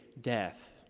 death